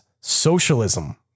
Socialism